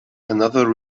another